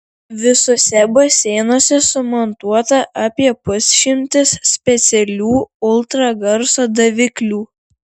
visuose baseinuose sumontuota apie pusšimtis specialių ultragarso daviklių